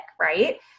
right